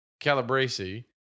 Calabresi